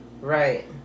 Right